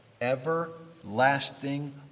everlasting